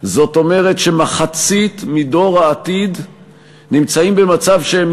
זאת אומרת שמחצית מדור העתיד נמצאים במצב שהם